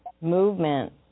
movement